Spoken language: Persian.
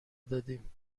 دادیم